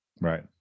Right